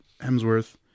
Hemsworth